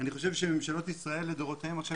אני חושב שממשלות ישראל לדורותיהן עכשיו